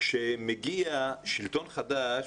כשמגיע שלטון חדש,